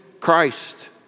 Christ